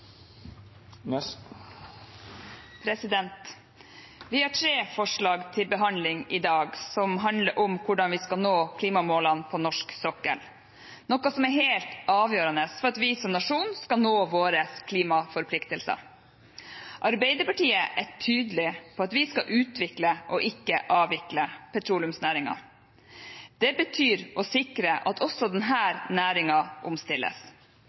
Vi har tre forslag til behandling i dag som handler om hvordan vi skal nå klimamålene på norsk sokkel, noe som er helt avgjørende for at vi som nasjon skal nå våre klimaforpliktelser. Arbeiderpartiet er tydelig på at vi skal utvikle – ikke avvikle – petroleumsnæringen. Det betyr å sikre at også denne næringen omstilles.